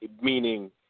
meaning –